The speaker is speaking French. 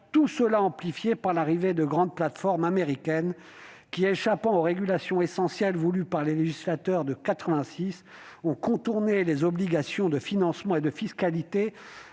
notre paysage de grandes plateformes américaines qui, échappant aux régulations essentielles voulues par les législateurs de 1986, ont contourné les obligations de financement et de fiscalité